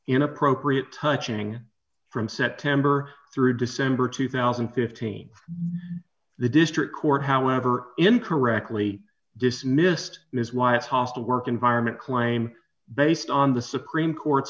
inappropriate touching from september through december two thousand and fifteen the district court however incorrectly dismissed ms y a hostile work environment claim based on the supreme court's